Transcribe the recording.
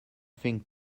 think